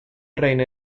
reina